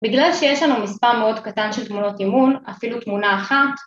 ‫בגלל שיש לנו מספר מאוד קטן ‫של תמונות אימון, אפילו תמונה אחת...